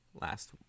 last